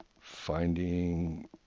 finding